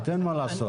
אין מה לעשות.